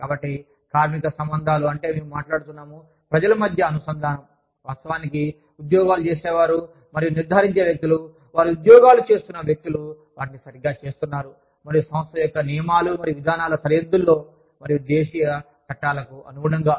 కాబట్టి కార్మిక సంబంధాలు అంటే మేము మాట్లాడుతున్నాము ప్రజల మధ్య అనుసంధానం వాస్తవానికి ఉద్యోగాలు చేసేవారు మరియు నిర్ధారించే వ్యక్తులు వారి ఉద్యోగాలు చేస్తున్న వ్యక్తులు వాటిని సరిగ్గా చేస్తున్నారు మరియు సంస్థ యొక్క నియమాలు మరియు విధానాల సరిహద్దుల్లో మరియు దేశీయ చట్టాలకు అనుగుణంగా